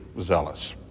zealous